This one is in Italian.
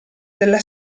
della